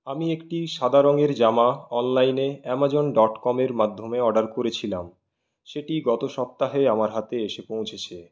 আমি একটি সাদা রঙের জামা অনলাইনে অ্যামাজন ডট কমের মাধ্যমে অর্ডার করেছিলাম সেটি গত সপ্তাহে আমার হাতে এসে পৌঁছেছে